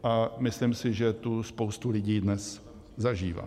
A myslím si, že tu spousta lidí dnes zažívá.